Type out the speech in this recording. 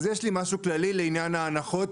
אז יש לי משהו כללי לעניין ההנחות,